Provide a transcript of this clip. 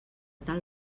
tal